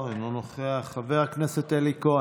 אבקש ממזכירת הכנסת לקרוא